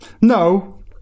No